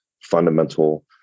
fundamental